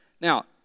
Now